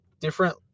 different